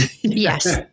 Yes